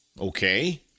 Okay